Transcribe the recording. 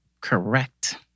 correct